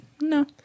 no